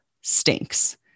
stinks